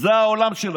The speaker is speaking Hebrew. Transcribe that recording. זה העולם שלכם.